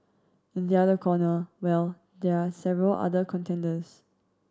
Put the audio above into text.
in the other corner well there are several other contenders